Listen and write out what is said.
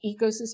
ecosystem